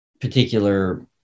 particular